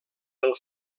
del